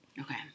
Okay